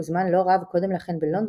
וזמן לא רב קודם לכן בלונדון,